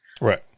right